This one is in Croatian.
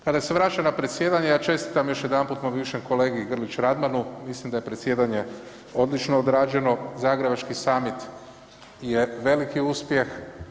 Kada se vraća na predsjedanje, ja čestitam još jedanput mom bivšem kolegi Grlić-Radmanu, mislim da je predsjedanje odlično odrađeno, Zagrebački samit je veliki uspjeh.